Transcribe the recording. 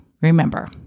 remember